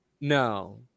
No